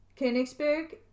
Königsberg